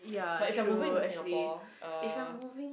but if you are moving to Singapore uh